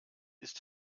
ist